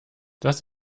das